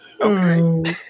Okay